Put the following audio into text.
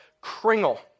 Kringle